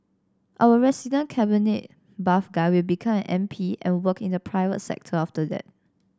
our resident cabinet buff guy will become an M P and work in the private sector after that